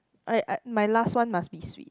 I I my last one must be sweet